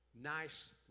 nice